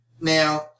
Now